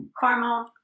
caramel